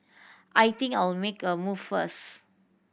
I think I'll make a move first